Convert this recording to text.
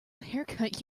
haircut